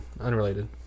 Unrelated